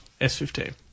S15